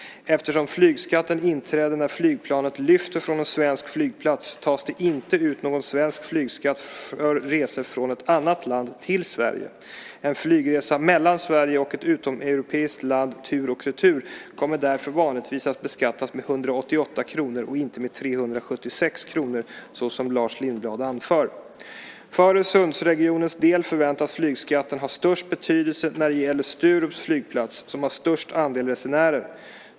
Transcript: Eftersom flygskatten inträder när flygplanet lyfter från en svensk flygplats tas det inte ut någon svensk flygskatt för resor från ett annat land till Sverige. En flygresa mellan Sverige och ett utomeuropeiskt land tur och retur kommer därför vanligtvis att beskattas med 188 kr och inte med 376 kr såsom Lars Lindblad anför. För Öresundsregionens del förväntas flygskatten ha störst betydelse när det gäller Sturups flygplats, som har störst andel resenärer.